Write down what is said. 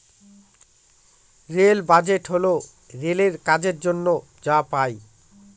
rail budget হল রেলের কাজের জন্য যা পাই